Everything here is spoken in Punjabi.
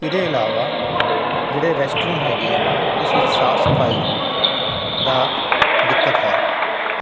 ਇਹਦੇ ਇਲਾਵਾ ਜਿਹੜੇ ਰੈਸਟ ਰੂਮ ਹੈਗੇ ਹੈ ਉਸ ਵਿੱਚ ਸਾਫ਼ ਸਫ਼ਾਈ ਦਾ ਦਿੱਕਤ ਹੈ